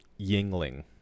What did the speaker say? Yingling